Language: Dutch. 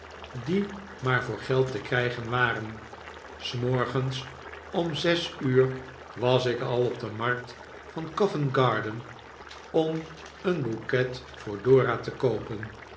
die maar voor geld te krijgen waren s morgens om zes uur was ik al op de markt van covent garden om een bouquet voor dora te koopen